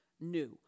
new